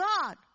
God